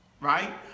right